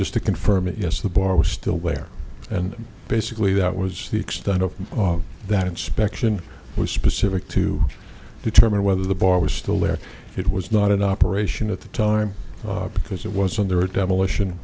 just to confirm it yes the bar was still there and basically that was the extent of that inspection was specific to determine whether the bar was still there it was not in operation at the time because it wasn't there a demolition